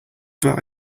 but